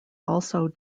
also